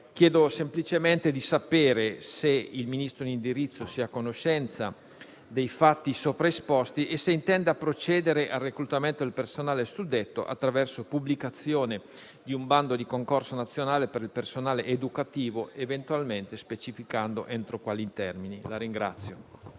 si chiede di sapere se il Ministro in indirizzo sia a conoscenza dei fatti esposti e se intenda procedere al reclutamento del personale, attraverso la pubblicazione del bando di concorso nazionale per il personale educativo, eventualmente specificando entro quali termini. **Interrogazione